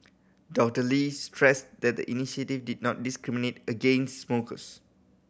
Doctor Lee stressed that the initiative did not discriminate against smokers